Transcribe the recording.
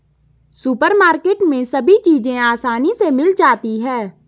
supermarket में सभी चीज़ें आसानी से मिल जाती है